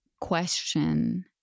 question